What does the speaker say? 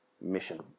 mission